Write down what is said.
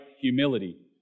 humility